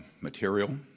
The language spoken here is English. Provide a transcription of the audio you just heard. material